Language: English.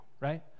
right